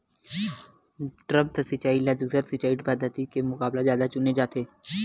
द्रप्स सिंचाई ला दूसर सिंचाई पद्धिति के मुकाबला जादा चुने जाथे